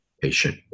patient